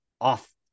off